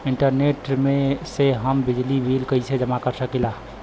Internet से हम बिजली बिल कइसे जमा कर सकी ला?